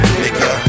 nigga